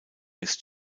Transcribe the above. ist